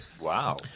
Wow